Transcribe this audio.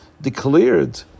declared